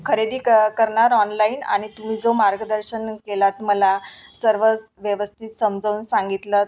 खरेदी क करणार ऑनलाईन आणि तुम्ही जो मार्गदर्शन केले आहेत मला सर्व व्यवस्थित समजावून सांगितलं आहेत